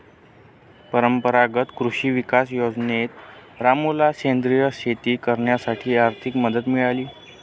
परंपरागत कृषी विकास योजनेत रामूला सेंद्रिय शेती करण्यासाठी आर्थिक मदत मिळाली